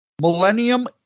Millennium